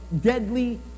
deadly